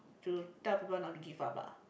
to tell people not to give up ah